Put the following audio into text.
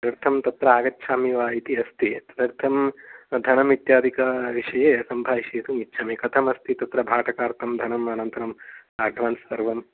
तदर्थं तत्र आगच्छामि वा इति अस्ति तदर्थं धनमित्यादिकविषये सम्भाषयितुम् इच्छामि कथमस्ति तत्र भाटकार्थं धनम् अनन्तरं अड्वान्स् सर्वं